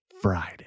Friday